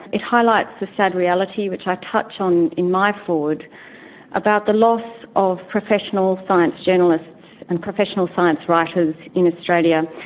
it highlights the sad reality which i touch on in my foreword about the loss of professional science journalists and professional science writers in australia,